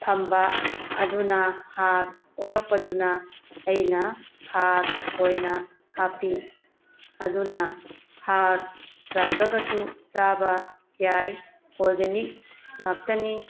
ꯊꯝꯕ ꯑꯗꯨꯅ ꯍꯥꯔ ꯑꯣꯜꯂꯛꯄꯗꯨꯅ ꯑꯩꯅ ꯍꯥꯔ ꯑꯣꯏꯅ ꯍꯥꯞꯄꯤ ꯑꯗꯨꯅ ꯍꯥꯔ ꯆꯥꯏꯔꯒꯁꯨ ꯆꯥꯕ ꯌꯥꯏ ꯑꯣꯔꯒꯥꯅꯤꯛ ꯉꯥꯛꯇꯅꯤ